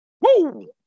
Woo